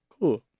cool